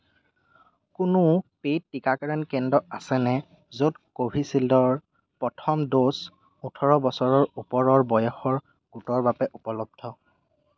কোনো পেইড টীকাকৰণ কেন্দ্ৰ আছেনে য'ত কোভিচিল্ডৰ প্ৰথম ড'জ ওঠৰ বছৰৰ ওপৰৰ বয়সৰ গোটৰ বাবে উপলব্ধ